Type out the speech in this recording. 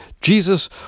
Jesus